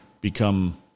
become